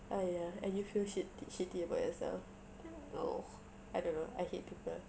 !aiya! and you feel shit~ shitty about yourself I don't know I hate people